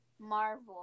Marvel